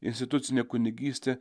institucinė kunigystė